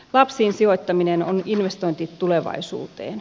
lapsiin sijoittaminen on investointi tulevaisuuteen